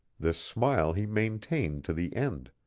this smile he maintained to the end.